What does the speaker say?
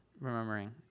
remembering